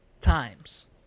times